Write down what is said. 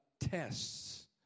tests